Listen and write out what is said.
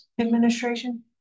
administration